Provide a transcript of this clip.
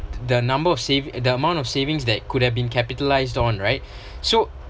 the number of save the amount of savings that could have been capitalised on right so